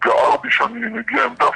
גער בי שאני מגיע עם דף,